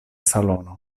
salono